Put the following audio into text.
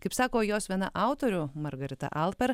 kaip sako jos viena autorių margarita alper